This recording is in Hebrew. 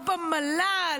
או במל"ל,